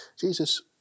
Jesus